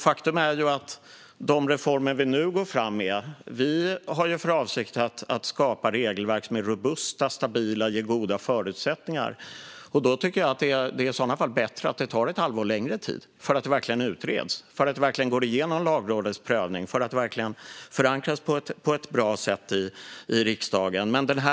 Faktum är att med de reformer regeringen nu går fram med är avsikten att skapa regelverk som är robusta och stabila och ger goda förutsättningar. I sådana fall tycker jag att det är bättre om det tar ett halvår längre tid för att regelverket verkligen utreds, går igenom Lagrådets prövning och förankras på ett bra sätt i riksdagen.